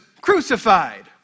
crucified